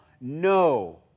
no